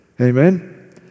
Amen